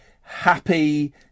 happy